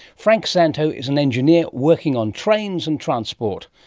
frank szanto is an engineer working on trains and transport.